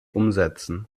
umsetzen